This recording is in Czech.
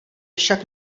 však